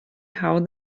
how